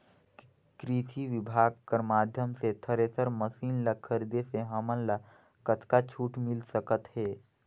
कृषि विभाग कर माध्यम से थरेसर मशीन ला खरीदे से हमन ला कतका छूट मिल सकत हे?